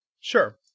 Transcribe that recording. Sure